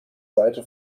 seite